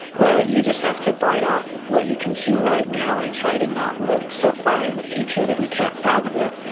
well, you just have to bite off what you can chew right now and try to not look so far in the future that you can't fathom it.